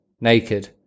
naked